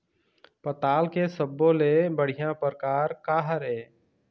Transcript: पताल के सब्बो ले बढ़िया परकार काहर ए?